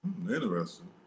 Interesting